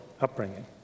upbringing